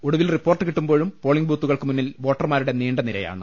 ഒടുവിൽ റിപ്പോർട്ട് കിട്ടുമ്പോഴും പോളിങ് ബൂത്തുകൾക്ക് മുന്നിൽ വോട്ടർമാരുടെ നീണ്ടനിരയാണ്